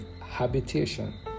habitation